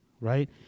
right